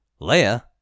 Leia